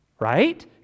right